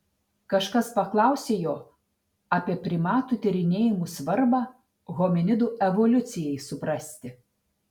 kažkas paklausė jo apie primatų tyrinėjimų svarbą hominidų evoliucijai suprasti